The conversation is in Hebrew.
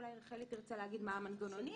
אולי רחלי תרצה להגיד מה המנגנונים